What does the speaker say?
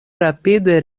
rapide